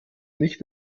nicht